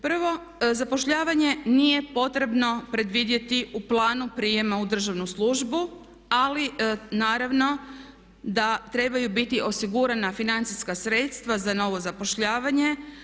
Prvo, zapošljavanje nije potrebno predvidjeti u planu prijema u državnu službu ali naravno da trebaju biti osigurana financijska sredstva za novo zapošljavanje.